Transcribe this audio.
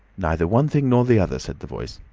neither one thing nor the other, said the voice.